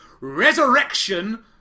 Resurrection